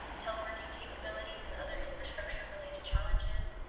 teleworking capabilities, and other infrastructure-related challenges.